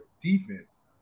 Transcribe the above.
defense